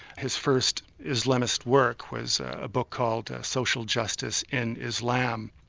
his first islamist work was a book called social justice in islam,